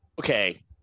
Okay